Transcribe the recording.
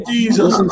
Jesus